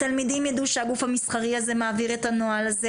התלמידים ידעו שהגוף המסחרי הזה מעביר את הנוהל הזה